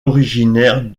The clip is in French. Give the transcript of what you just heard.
originaire